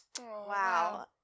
Wow